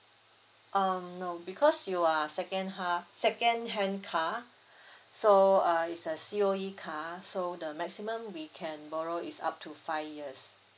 um no because you are second ha~ second hand car so uh is a C_O_E car so the maximum we can borrow is up to five years